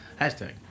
Hashtag